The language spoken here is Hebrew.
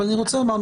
אני רוצה לומר.